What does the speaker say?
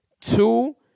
two